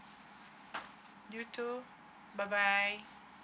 you too bye bye